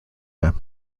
them